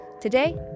Today